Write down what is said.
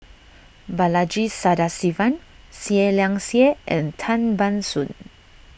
Balaji Sadasivan Seah Liang Seah and Tan Ban Soon